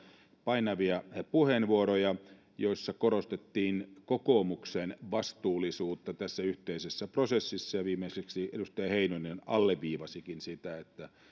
painavia puheenvuoroja joissa korostettiin kokoomuksen vastuullisuutta tässä yhteisessä prosessissa ja viimeiseksi edustaja heinonen alleviivasikin sitä että